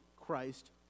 Christ